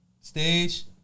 Stage